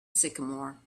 sycamore